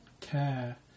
care